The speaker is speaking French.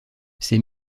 ces